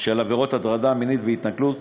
של עבירות הטרדה מינית והתנכלות.